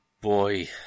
boy